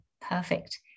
perfect